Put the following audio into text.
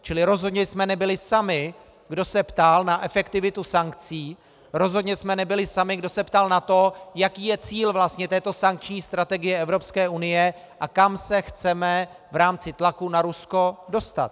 Čili rozhodně jsme nebyli sami, kdo se ptal na efektivitu sankcí, rozhodně jsme nebyli sami, kdo se ptal na to, jaký je vlastně cíl této sankční strategie Evropské unie a kam se chceme v rámci tlaku na Rusko dostat.